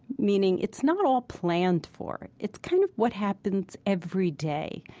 meaning it's not all planned for. it's kind of what happens every day.